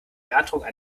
beantragung